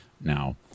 now